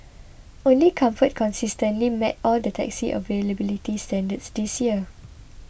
only Comfort consistently met all the taxi availability standards this year